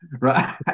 Right